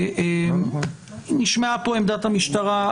נשמעה פה עמדת המשטרה.